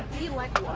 do you like